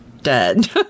dead